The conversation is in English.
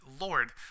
Lord